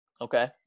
Okay